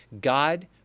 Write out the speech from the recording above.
God